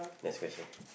next question